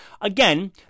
Again